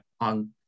on